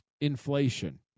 inflation